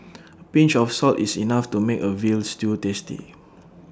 A pinch of salt is enough to make A Veal Stew tasty